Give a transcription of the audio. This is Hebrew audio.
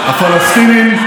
הפלסטינים,